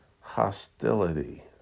hostility